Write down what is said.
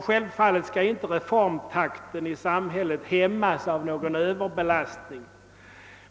Självfallet skall inte reformtakten i samhället hämmas av någon överbelastning.